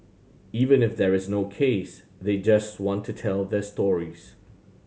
even if there is no case they just want to tell their stories